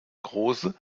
große